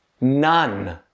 None